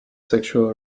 sexual